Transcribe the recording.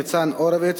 ניצן הורוביץ,